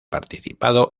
participado